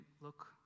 look